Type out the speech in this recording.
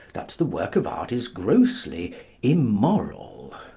that the work of art is grossly immoral.